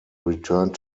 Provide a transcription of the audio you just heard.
returned